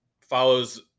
follows